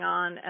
on